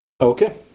Okay